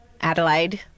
Adelaide